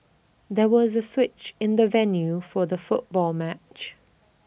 there was A switch in the venue for the football match